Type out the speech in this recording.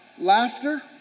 Laughter